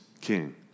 king